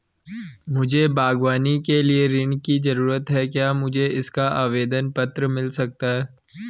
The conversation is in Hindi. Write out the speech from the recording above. मुझे बागवानी के लिए ऋण की ज़रूरत है क्या मुझे इसका आवेदन पत्र मिल सकता है?